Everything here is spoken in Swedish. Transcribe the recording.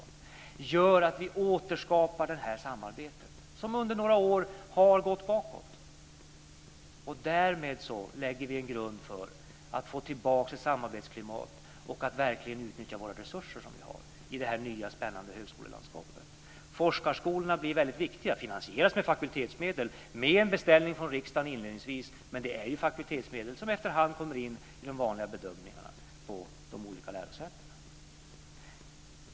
Det gör att vi återskapar ett samarbete som under några år har gått bakåt. Därmed lägger vi en grund för att få tillbaka ett samarbetsklimat och att verkligen utnyttja våra resurser i det nya spännande högskolelandskapet. Forskarskolorna blir väldigt viktiga. De finansieras med fakultetsmedel, inledningsvis med en beställning från riksdagen. Det är fakultetsmedel som efterhand kommer in i de vanliga bedömningarna på de olika lärosätena.